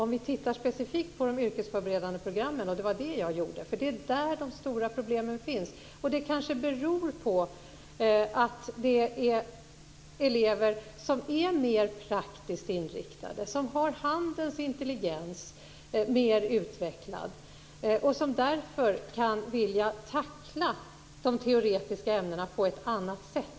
Jag talade specifikt om de yrkesförberedande programmen - det är där de stora problemen finns. Det kanske beror på att det är elever som är mer praktiskt inriktade, som har handens intelligens mer utvecklad och som därför kan vilja tackla de teoretiska ämnena på ett helt annat sätt.